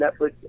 netflix